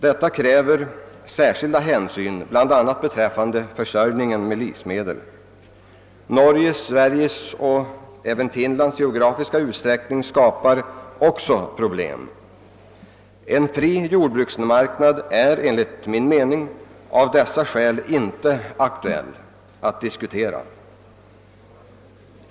Detta kräver särskilda hänsyn bl.a. beträffande försörjningen av livsmedel. Norges, Sveriges och även Finlands geografiska utsträckning skapar också problem. En fri jordbruksmarknad är enligt min mening av dessa skäl inte aktuell.